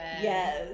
Yes